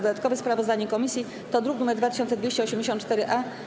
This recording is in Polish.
Dodatkowe sprawozdanie komisji to druk nr 2284-A.